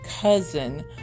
cousin